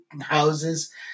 houses